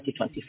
2024